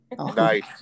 Nice